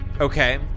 okay